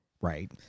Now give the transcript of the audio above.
right